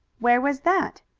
where was that?